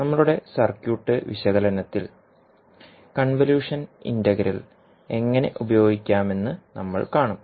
നമ്മളുടെ സർക്യൂട്ട് വിശകലനത്തിൽ convolution integral എങ്ങനെ ഉപയോഗിക്കാമെന്ന് നമ്മൾ കാണും